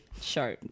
show